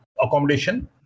accommodation